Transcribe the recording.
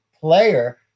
player